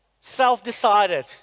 self-decided